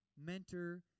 mentor